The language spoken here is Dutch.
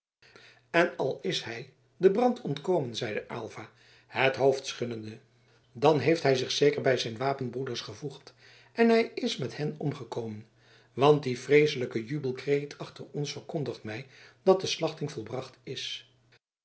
en al is hij den brand ontkomen zeide aylva het hoofd schuddende dan heeft hij zich zeker bij zijn wapenbroeders gevoegd en hij is met hen omgekomen want die vreeselijke jubelkreet achter ons verkondigt mij dat de slachting volbracht is